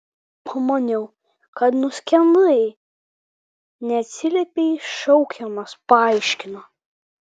pamaniau kad nuskendai neatsiliepei šaukiamas paaiškino